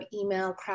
email